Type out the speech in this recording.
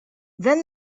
then